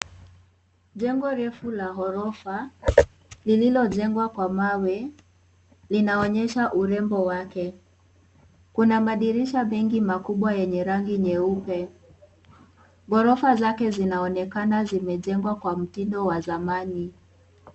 Jengo refu la ghorofa lililo jengwa kwa mawe linaonyesha urembo wake. kuna madirisha mengi kubwa yenye rangi nyeupe . Ghorofa zake zinaonekana zimejengwa kwa mtindo wa zamani.